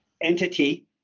entity